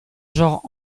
genre